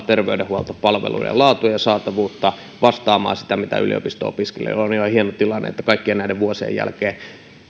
terveydenhuoltopalveluiden laatua ja saatavuutta vastaamaan sitä mitä yliopisto opiskelijoilla on on hieno tilanne että kaikkien näiden vuosien jälkeen